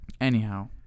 Anyhow